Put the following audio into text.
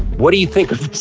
what do you think of